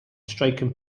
striking